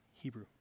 Hebrew